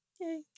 Yay